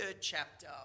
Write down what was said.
chapter